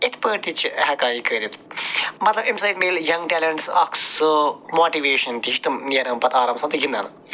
یِتھ پٲٹھۍ تہِ چھِ ہٮ۪کان یہِ کٔرِتھ مطلب اَمہِ سۭتۍ میلہِ یَنٛگ ٹٮ۪لَنٹَس اَکھ سُہ ماٹِویشَن تہِ یِم چھِ تِم نیران پتہٕ آرام سان تہٕ گِنٛدان